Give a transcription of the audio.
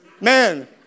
Man